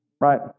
right